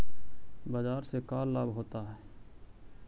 बाजार से का लाभ होता है?